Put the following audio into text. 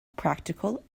practical